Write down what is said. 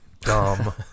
dumb